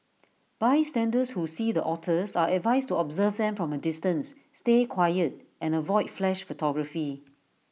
bystanders who see the otters are advised to observe them from A distance stay quiet and avoid flash photography